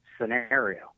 scenario